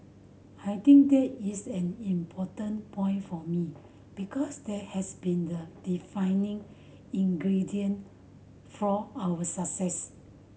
I think that is an important point for me because that has been the defining ingredient for our success